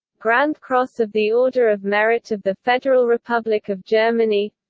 grand cross of the order of merit of the federal republic of germany